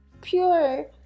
pure